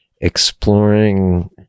exploring